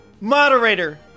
Moderator